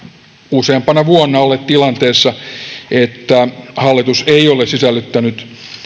useampana vuonna olleet tilanteessa että hallitus ei ole sisällyttänyt